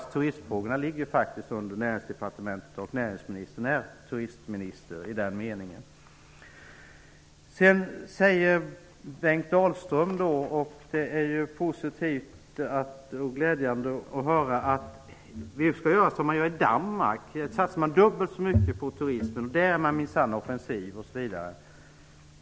Turistfrågorna ligger faktiskt under Näringsdepartementet, och näringsministern är turistminister i den meningen. Sedan säger Bengt Dalström vi skall göra som man gör i Danmark, och det är ju positivt och glädjande att höra. Där satsar man dubbelt så mycket på turismen. Där är man minsann offensiv, osv.